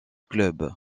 club